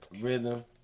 rhythm